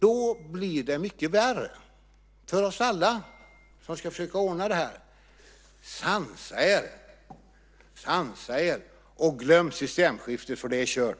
Då blir det mycket värre för oss alla som ska försöka ordna detta. Sansa er, och glöm systemskiftet, för det är kört!